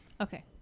Okay